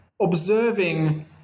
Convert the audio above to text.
observing